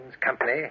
company